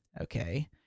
okay